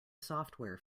software